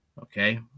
Okay